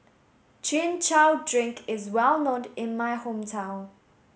Chin Chow Drink is well in my hometown